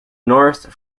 north